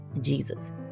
Jesus